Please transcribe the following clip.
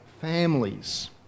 families